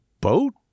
boat